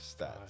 stats